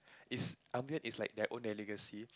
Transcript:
is is like their own delicacy